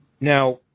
Now